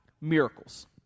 miracles